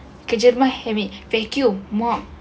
kerja rumah haven't vacuum mop